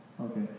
Okay